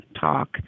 talk